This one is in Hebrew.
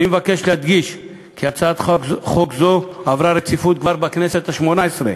אני מבקש להדגיש כי הצעת חוק זו כבר עברה רציפות מהכנסת השמונה-עשרה,